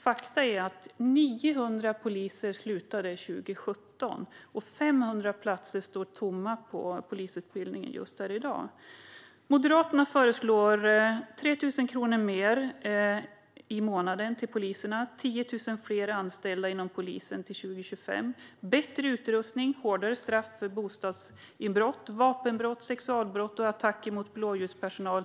Fakta är att 900 poliser slutade 2017 och att 500 platser står tomma på polisutbildningen i dag. Moderaterna föreslår 3 000 kronor mer i månaden till poliserna, 10 000 fler anställda inom polisen till 2025, bättre utrustning och hårdare straff för bostadsinbrott, vapenbrott, sexualbrott och attacker mot blåljuspersonal.